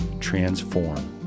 transform